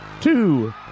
Two